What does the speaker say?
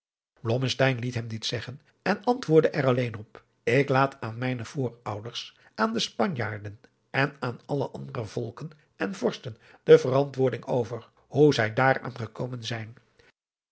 liet hem dit zeggen en antwoordde er alleen op ik laat aan mijne voorouders aan de spanjaarden en aan alle andere volken en vorsten de verantwoording over hoe zij daaraan gekomen zijn